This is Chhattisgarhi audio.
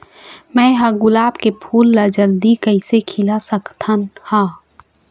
मैं ह गुलाब के फूल ला जल्दी कइसे खिला सकथ हा?